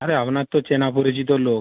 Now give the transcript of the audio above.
আরে আপনার তো চেনা পরিচিত লোক